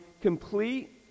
complete